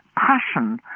passion.